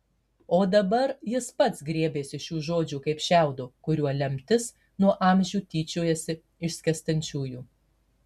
o dabar jis pats griebėsi šių žodžių kaip šiaudo kuriuo lemtis nuo amžių tyčiojasi iš skęstančiųjų